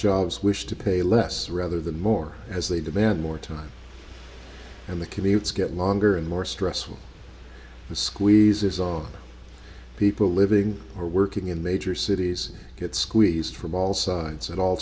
jobs wish to pay less rather than more as they demand more time and the commutes get longer and more stressful the squeeze is on people living or working in major cities get squeezed from all sides at all